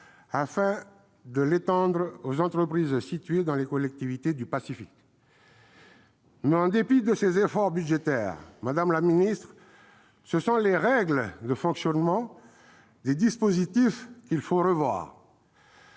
afin de l'étendre aux entreprises situées dans les collectivités du Pacifique. En dépit de ces efforts budgétaires, ce sont les règles de fonctionnement des dispositifs qu'il faut revoir,